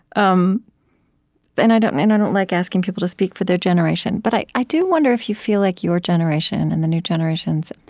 um and i don't and i don't like asking people to speak for their generation, but i i do wonder if you feel like your generation and the new generations